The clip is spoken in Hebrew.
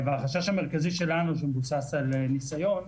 החשש המרכזי שלנו שמבוסס על ניסיון,